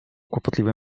kłopotliwe